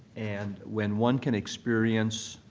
and when one can experience